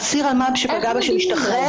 אסיר אלמ"ב שפגע בה והשתחרר,